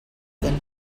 than